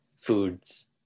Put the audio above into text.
foods